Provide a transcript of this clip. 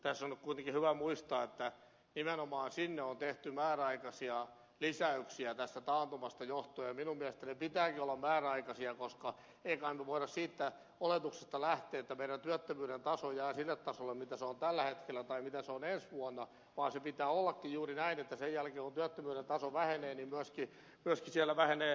tässä on nyt kuitenkin hyvä muistaa että nimenomaan sinne on tehty määräaikaisia lisäyksiä tästä taantumasta johtuen ja minun mielestäni niiden pitääkin olla määräaikaisia koska ei kai nyt voida siitä oletuksesta lähteä että meillä työttömyys jää sille tasolle millä se on tällä hetkellä tai millä se on ensi vuonna vaan sen pitää ollakin juuri näin että sen jälkeen kun työttömyyden taso vähenee niin myöskin siellä vähenee toimintatarve